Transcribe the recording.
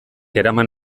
eraman